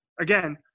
again